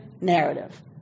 narrative